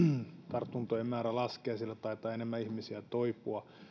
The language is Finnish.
tartuntojen määrä laskee siellä taitaa enemmän ihmisiä toipua